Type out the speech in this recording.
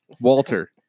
Walter